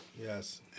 Yes